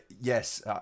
Yes